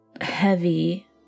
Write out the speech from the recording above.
heavy